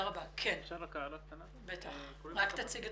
אני מחטיבת